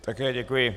Také děkuji.